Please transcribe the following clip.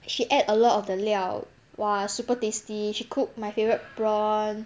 she add a lot of the 料 !wah! super tasty she cook my favourite prawn